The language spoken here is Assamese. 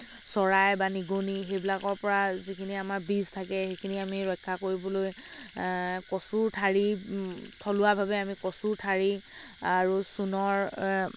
চৰাই বা নিগনি সেইবিলাকৰ পৰা যিখিনি আমাৰ বীজ থাকে সেইখিনি আমি ৰক্ষা কৰিবলৈ কচুৰ ঠাৰি থলুৱাভাৱে কচুৰ ঠাৰি আৰু চূণৰ